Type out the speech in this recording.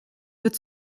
wird